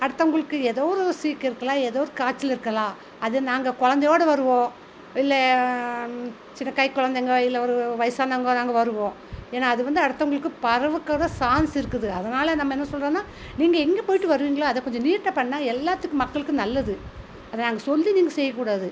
அடுத்தவங்களுக்கு ஏதோ ஒரு சீக்கு இருக்கலாம் ஏதோ ஒரு காய்ச்சல் இருக்கலாம் அதை நாங்கள் குழந்தையோட வருவோம் இல்லை சின்ன கைக்குழந்தைங்க இல்லை ஒரு வயசானவங்க நாங்கள் வருவோம் ஏன்னா அது வந்து அடுத்தவங்களுக்கு பரவக்கூட சான்ஸ் இருக்குது அதனால் நம்ம என்ன சொல்றோம்னா நீங்கள் எங்கே போய்ட்டு வருவிங்களோ அதை கொஞ்சம் நீட்டாக பண்ணால் எல்லாத்துக்கும் மக்களுக்கு நல்லது அதை நாங்கள் சொல்லி நீங்கள் செய்யக்கூடாது